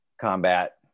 combat